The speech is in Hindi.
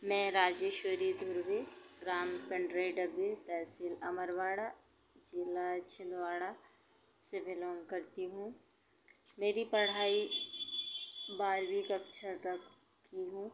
मैं राजेश्वरी धुर्वे ग्राम तहसील अमरवाड़ा ज़िला छिंदवाड़ा से बिलोंग करती हूँ मेरी पढ़ाई बारवीं कक्षा तक की हूँ